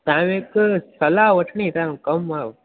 तव्हांजो हिकु सलाहु वठणी तव्हांजो कमु हुओ